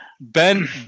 Ben